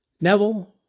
Neville